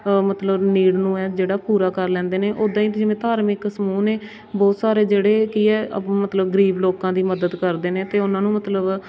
ਮਤਲਬ ਨੀਡ ਨੂੰ ਹੈ ਜਿਹੜਾ ਪੂਰਾ ਕਰ ਲੈਂਦੇ ਨੇ ਉਦਾਂ ਹੀ ਜਿਵੇਂ ਧਾਰਮਿਕ ਸਮੂਹ ਨੇ ਬਹੁਤ ਸਾਰੇ ਜਿਹੜੇ ਕਿ ਹੈ ਮਤਲਬ ਗਰੀਬ ਲੋਕਾਂ ਦੀ ਮਦਦ ਕਰਦੇ ਨੇ ਅਤੇ ਉਹਨਾਂ ਨੂੰ ਮਤਲਬ